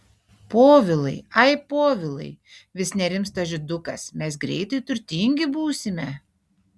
povilai ai povilai vis nerimsta žydukas mes greitai turtingi būsime